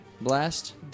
blast